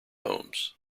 homes